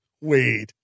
Wait